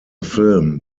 film